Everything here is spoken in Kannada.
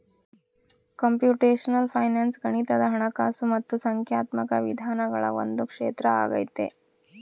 ಕಂಪ್ಯೂಟೇಶನಲ್ ಫೈನಾನ್ಸ್ ಗಣಿತದ ಹಣಕಾಸು ಮತ್ತು ಸಂಖ್ಯಾತ್ಮಕ ವಿಧಾನಗಳ ಒಂದು ಕ್ಷೇತ್ರ ಆಗೈತೆ